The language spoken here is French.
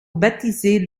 baptiser